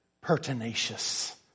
pertinacious